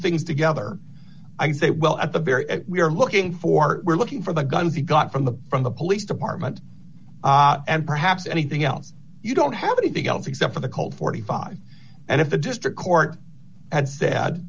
things together i say well at the very end we are looking for we're looking for the guns we got from the from the police department and perhaps anything else you don't have anything else except for the colt forty five and if the district court had sa